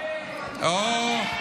חבר'ה,